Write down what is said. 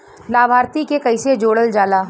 लभार्थी के कइसे जोड़ल जाला?